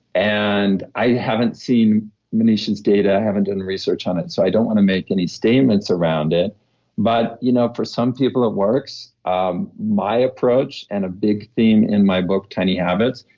and i haven't seen maneesh's data, i haven't done research on it, so i don't want to make any statements around it but you know for some people that ah works. um my approach and a big theme in my book, tiny habits,